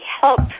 help